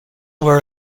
were